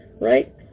Right